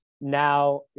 Now